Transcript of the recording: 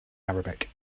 arabic